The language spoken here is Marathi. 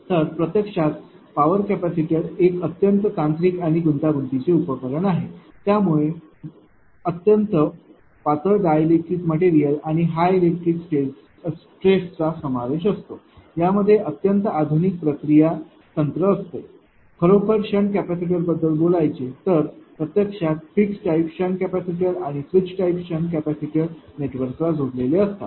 तर प्रत्यक्षात पॉवर कॅपेसिटर एक अत्यंत तांत्रिक आणि गुंतागुंतीचे उपकरण आहे ज्यामध्ये अत्यंत पातळ डायलेक्ट्रिक मटेरियल आणि हाय इलेक्ट्रिक स्ट्रेस चा समावेश असतो यामध्ये अत्यंत आधुनिक प्रक्रिया तंत्र असते खरंतर शंट कॅपेसिटर बद्दल बोलायचे तर प्रत्यक्षात फिक्स्ट टाइप शंट कॅपेसिटर आणि स्विच टाइप शंट कॅपेसिटर नेटवर्कला जोडलेले असतात